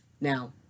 now